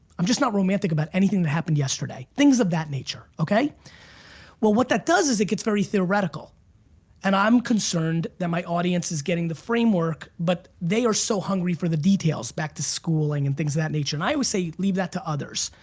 i'm just not romantic about anything that happened yesterday, things of that nature. well what that does is it gets very theoretical and i'm concerned that my audience is getting the framework but they are so hungry for the details, back to schooling and things of that nature. and i always say leave that to others.